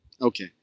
Okay